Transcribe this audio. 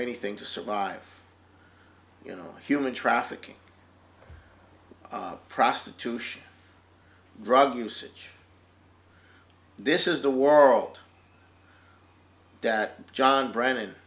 anything to survive you know human trafficking prostitution drug usage this is the world that john brennan